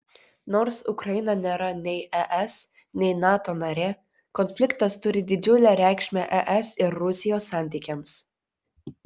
nors ukraina nėra nei es nei nato narė konfliktas turi didžiulę reikšmę es ir rusijos santykiams